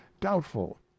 doubtful